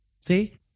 See